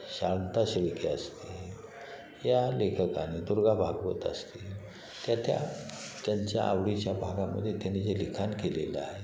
शांता शेळके असतील या लेखकाने दुर्गा भागवत असतील त्या त्या त्यांच्या आवडीच्या भागामध्ये त्यांनी जे लिखाण केलेलं आहे